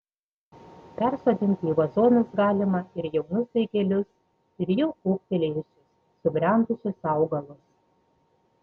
persodinti į vazonus galima ir jaunus daigelius ir jau ūgtelėjusius subrendusius augalus